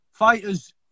Fighters